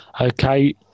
Okay